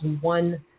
one